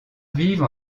vivent